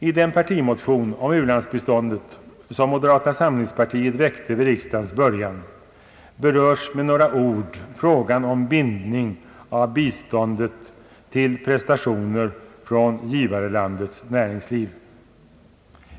I den partimotion om u-landsbiståndet, som moderata samlingspartiet väckte vid riksdagens början, berörs med några ord frågan om bindning av bistånd till prestationer från givarlandets näringsliv.